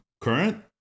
current